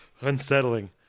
unsettling